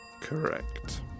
Correct